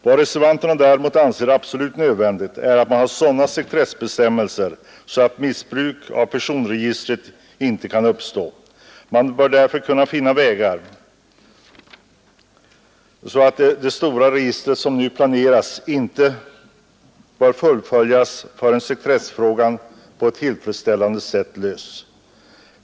Vad reservanterna däremot anser absolut nödvändigt är att man har sådana sekretessbestämmelser att missbruk av personregistret inte kan ske. Man bör därför kunna finna vägar så att det stora register som nu planerats inte fullföljes förrän sekretessfrågan på ett tillfredsställande sätt lösts.